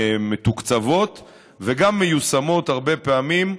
מתוקצבות וגם מיושמות הרבה פעמים,